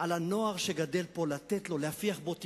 כלפי הנוער שגדל פה, להפיח בו תקווה.